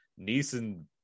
neeson